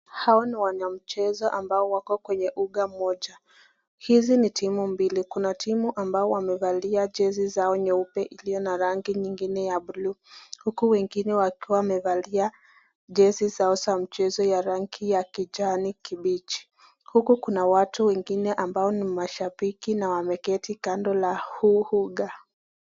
Hawa ni wanamichezo ambao wako kwenye uga moja. Hizi ni timu mbili. Kuna timu ambao wamevalia jezi zao nyeupe iliyo na rangi nyingine ya buluu huku wengine wakiwa wamevalia jezi zao za mchezo ya rangi ya kijani kibichi huku kuna watu wengine ambao ni mashabiki na wameketi kando la huu uga.